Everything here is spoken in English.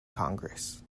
congress